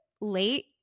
late